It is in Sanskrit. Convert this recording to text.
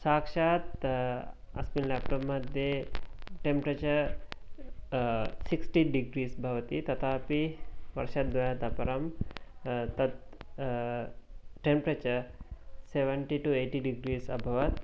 साक्षात् अस्मिन् लेप्टोप् मध्ये टेम्परेचर् सिक्स्टि डिग्रीस् भवति तथापि वर्षद्वयात् अपरं तत् temperature seventy to eighty degrees अभवत्